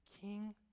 king